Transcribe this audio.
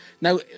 Now